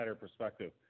perspective